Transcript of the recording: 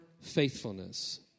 faithfulness